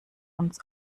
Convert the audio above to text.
uns